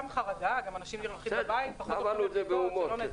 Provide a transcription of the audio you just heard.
זה גם החרדה, אנשים בבית, הולכים פחות לבדיקות.